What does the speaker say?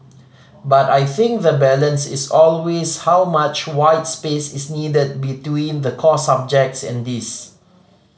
but I think the balance is always how much white space is needed between the core subjects and this